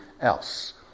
else